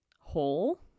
hole